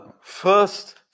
First